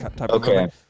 okay